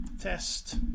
test